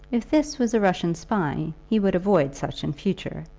if this was a russian spy he would avoid such in future,